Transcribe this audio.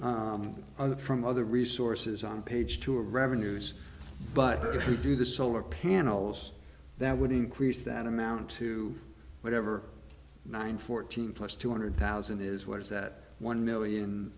other from other resources on page two of revenues but to do the solar panels that would increase that amount to whatever nine fourteen plus two hundred thousand is where is that one million